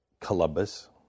Columbus